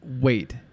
wait